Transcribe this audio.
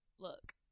Look